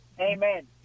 Amen